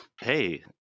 Hey